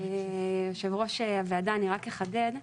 יושב ראש הוועדה, אני רק אחדד.